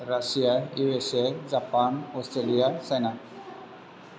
Russia U S A Japan Australia China